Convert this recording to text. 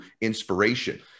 inspiration